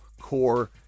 core